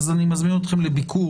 אז אני מזמין אתכם לביקור,